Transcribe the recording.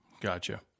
Gotcha